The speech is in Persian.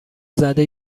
زده